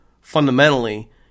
fundamentally